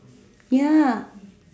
ya